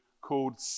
called